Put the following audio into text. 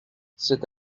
c’est